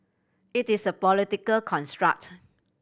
it is a political construct